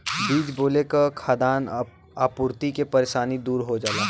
बीज बोले से खाद्यान आपूर्ति के परेशानी दूर हो जाला